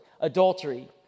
Adultery